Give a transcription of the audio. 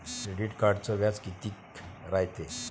Credit कार्डचं व्याज कितीक रायते?